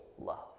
love